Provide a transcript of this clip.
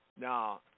Now